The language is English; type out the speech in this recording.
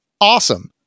Awesome